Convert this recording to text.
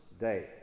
day